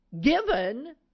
given